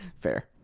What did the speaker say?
Fair